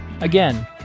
Again